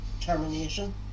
termination